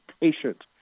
patient